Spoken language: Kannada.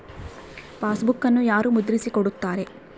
ಪಾಸ್ಬುಕನ್ನು ಯಾರು ಮುದ್ರಿಸಿ ಕೊಡುತ್ತಾರೆ?